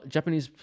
Japanese